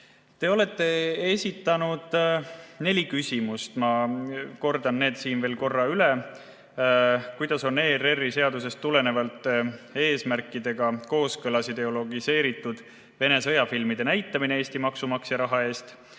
olete esitanud neli küsimust, ma kordan need siin veel üle. "Kuidas on ERRi seadusest tulenevate eesmärkidega kooskõlas ideologiseeritud Vene sõjafilmide näitamine Eesti maksumaksja raha eest?";